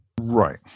Right